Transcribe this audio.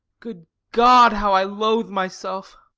good god! how i loathe myself!